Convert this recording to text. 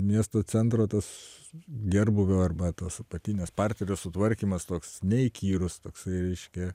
miesto centro tas gerbūvio arba tos apatinės parterio sutvarkymas toks neįkyrus toksai reiškia